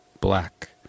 Black